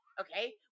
Okay